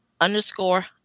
underscore